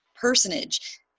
personage